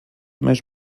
més